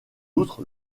outre